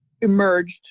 emerged